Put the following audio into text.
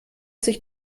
sich